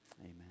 amen